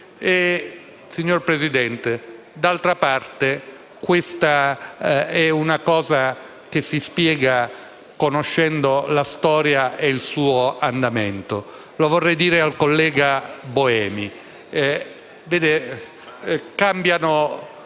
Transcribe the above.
Signor Presidente, d'altra parte questa cosa si spiega conoscendo la storia e il suo andamento. Lo vorrei dire al collega Buemi. Cambiano